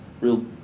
real